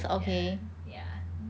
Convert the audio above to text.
ya ya